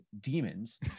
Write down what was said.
demons